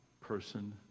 person